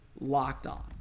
LOCKEDON